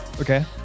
Okay